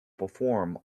perform